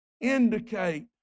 Indicate